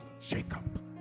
Jacob